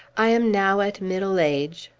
i am now at middle age,